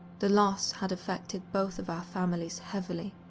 the loss had affected both of our families heavily,